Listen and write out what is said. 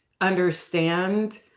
understand